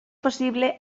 possible